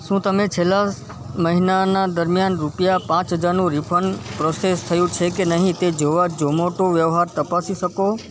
શું તમે છેલ્લા મહિનાના દરમિયાન રૂપિયા પાંચ હજારનું રિફંડ પ્રૉસેસ થયું છે કે નહીં તે જોવા ઝોમો ટો વ્યવહારો તપાસી શકો